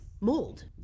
mold